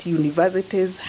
universities